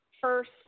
first